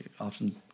Often